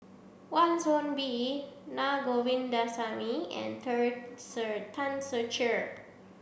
Wan Soon Bee Na Govindasamy and Ter Ser Tan Ser Cher